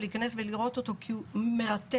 להיכנס ולראות אותו כי הוא מרתק.